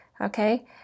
okay